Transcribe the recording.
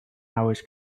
hours